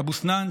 אבו סנאן,